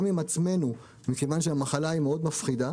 עם עצמנו מכיוון שהמחלה היא מאוד מפחידה.